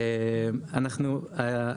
היום,